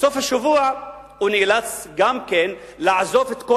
ובסוף השבוע הוא נאלץ גם כן לעזוב את כל